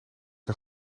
een